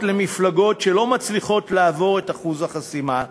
למפלגות שלא מצליחות לעבור את אחוז החסימה,